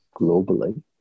globally